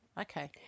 Okay